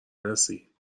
مرسی